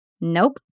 Nope